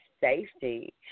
safety